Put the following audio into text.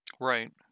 Right